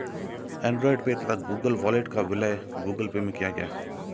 Android Pay तथा Google wallet का विलय गूगल पे में किया गया